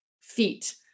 feet